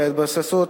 מאושרות,